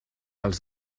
els